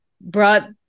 brought